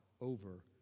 over